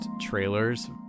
trailers